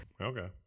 Okay